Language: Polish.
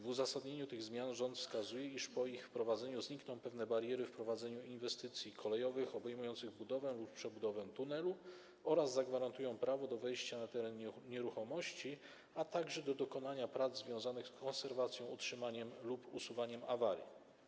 W uzasadnieniu tych zmian rząd wskazuje, iż po ich wprowadzeniu znikną pewne bariery w prowadzeniu inwestycji kolejowych obejmujących budowę lub przebudowę tunelu oraz że zagwarantują one prawo do wejścia na teren nieruchomości, a także do dokonania prac związanych z konserwacją, utrzymaniem sieci lub usuwaniem awarii.